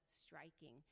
striking